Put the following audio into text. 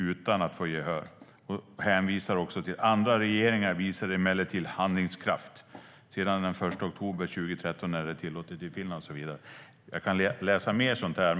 Utan att få gehör. - Andra regeringar visar emellertid handlingskraft. Sedan den 1 oktober 2013 är det i Finland tillåtet med tyngre lastbilar." Jag kan läsa mer sådant här.